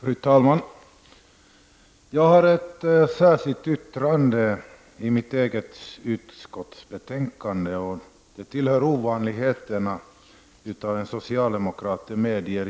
Fru talman! Jag har fogat ett särskilt yttrande till mitt egets utskotts betänkande, och jag medger att det tillhör ovanligheterna att en socialdemokrat gör det.